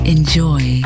Enjoy